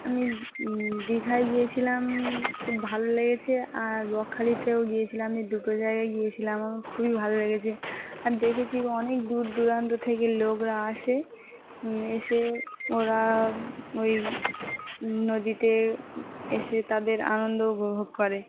আমি দীঘায় গিয়েছিলাম খুব ভালো লেগেছে আর বকখালিতেও গিয়েছিলাম আম দুটো জায়গায় গিয়েছিলাম আমার খুবই ভালো লেগেছে আর দেখেছি অনেক দূর দূরান্ত থেকে লোকরা আসে এসে ওরা ওই নদীতে এসে তাদের আনন্দ উপভোগ করে